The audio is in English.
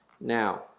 Now